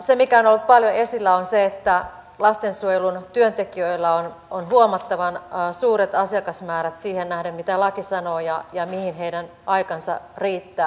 se mikä on ollut paljon esillä on se että lastensuojelun työntekijöillä on huomattavan suuret asiakasmäärät siihen nähden mitä laki sanoo ja mihin heidän aikansa riittää